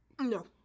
No